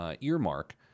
earmark